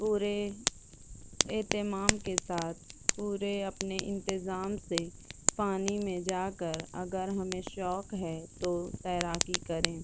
پورے اہتمام کے ساتھ پورے اپنے انتظام سے پانی میں جا کر اگر ہمیں شوق ہے تو تیراکی کریں